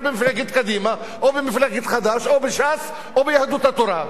במפלגת קדימה או במפלגת חד"ש או בש"ס או ביהדות התורה.